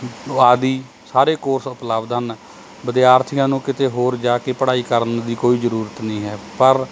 ਆਦਿ ਸਾਰੇ ਕੋਰਸ ਉਪਲਬਧ ਹਨ ਵਿਦਿਆਰਥੀਆਂ ਨੂੰ ਕਿਤੇ ਹੋਰ ਜਾ ਕੇ ਪੜ੍ਹਾਈ ਕਰਨ ਦੀ ਕੋਈ ਜ਼ਰੂਰਤ ਨਹੀਂ ਹੈ ਪਰ